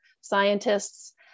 scientists